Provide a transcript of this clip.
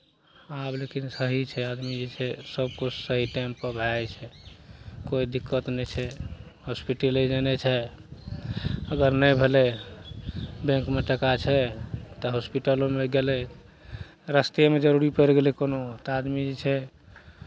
आब लेकिन सही छै आदमी जे छै सभकिछु सही टाइमपर भए जाइ छै कोइ दिक्कत नहि छै होस्पिटले जेनाइ छै अगर नहि भेलै बैंकमे टाका छै तऽ हॉस्पिटलोमे गेलै रास्तेमे जरूरी पड़ि गेलै कोनो तऽ आदमी जे छै